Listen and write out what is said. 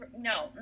No